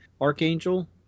Archangel